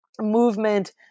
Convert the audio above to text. movement